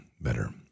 better